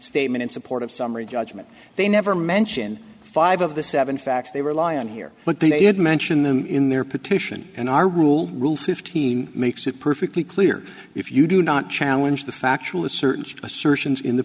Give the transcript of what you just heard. statement in support of summary judgment they never mention five of the seven facts they rely on here but they did mention them in their petition and our rule rule fifteen makes it perfectly clear if you do not challenge the factual searched assertions in the